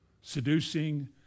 Seducing